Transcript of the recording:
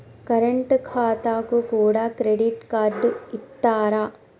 Current ఖాతాకు కూడా credit card ఇత్తరా?